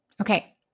Okay